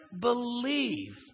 believe